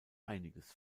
einiges